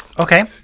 Okay